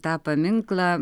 tą paminklą